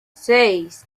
seis